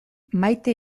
maite